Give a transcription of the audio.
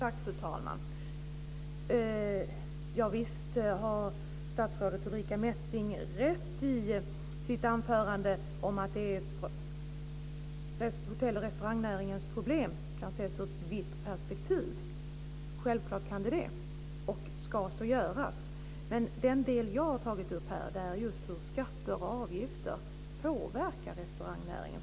Fru talman! Visst har statsrådet Ulrica Messing rätt i sitt anförande om att hotell och restaurangnäringens problem kan ses ur ett vitt perspektiv. Självklart kan det det och ska så göras. Men den del jag har tagit upp är just hur skatter och avgifter påverkar restaurangnäringen.